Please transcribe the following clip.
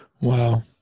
Wow